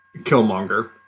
Killmonger